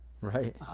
right